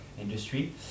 industry